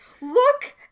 Look